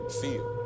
feel